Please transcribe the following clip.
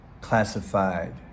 classified